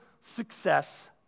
success